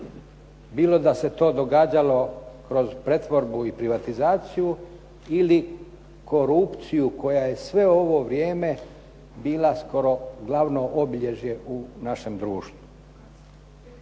Bilo da se to događalo kroz pretvorbu i privatizaciju ili korupciju koja je sve ovo vrijeme bila skoro glavno obilježje u našem društvu.